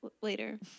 later